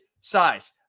size